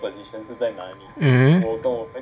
mm